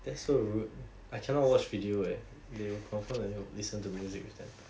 that's so rude I cannot watch video eh they will confirm let me listen to music with them